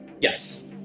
yes